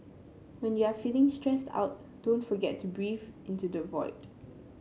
when you are feeling stressed out don't forget to breathe into the void